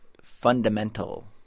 fundamental